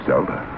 Zelda